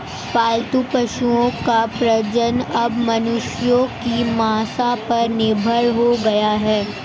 पालतू पशुओं का प्रजनन अब मनुष्यों की मंसा पर निर्भर हो गया है